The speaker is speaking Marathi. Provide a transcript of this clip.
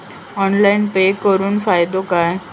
ऑनलाइन पे करुन फायदो काय?